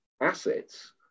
assets